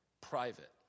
private